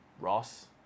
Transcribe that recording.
Ross